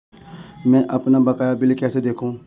मैं अपना बकाया बिल कैसे देखूं?